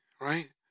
right